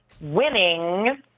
winning